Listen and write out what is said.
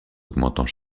augmentant